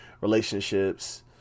relationships